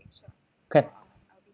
can